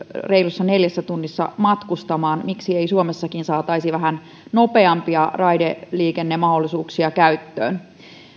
reilussa neljässä tunnissa miksi ei suomessakin saataisi vähän nopeampia raideliikennemahdollisuuksia käyttöön